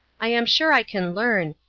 i am sure i can learn,